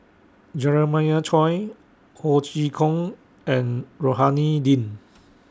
Jeremiah Choy Ho Chee Kong and Rohani Din